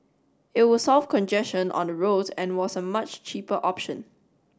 it would solve congestion on the roads and was a much cheaper option